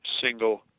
single